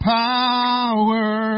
power